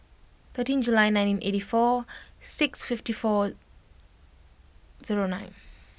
thirteen July nineteen eighty four six fifty four zero nine